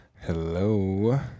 Hello